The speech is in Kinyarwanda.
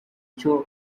cyo